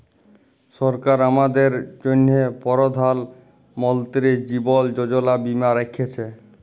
সরকার আমাদের জ্যনহে পরধাল মলতিরি জীবল যোজলা বীমা রাখ্যেছে